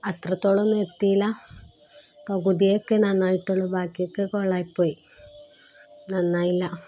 അത്രത്തോളമൊന്നും എത്തിയില്ല പകുതിയൊക്കെയെ നന്നായിട്ടുള്ളൂ ബാക്കിയൊക്കെ കുളമായിപ്പോയി നന്നായില്ല